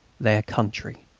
their country.